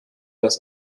das